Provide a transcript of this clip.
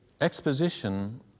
exposition